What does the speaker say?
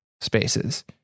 spaces